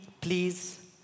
please